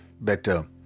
better